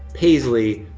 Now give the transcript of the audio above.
paisley,